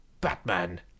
Batman